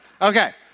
Okay